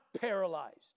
paralyzed